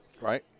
Right